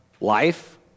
life